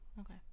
Okay